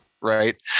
right